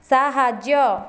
ସାହାଯ୍ୟ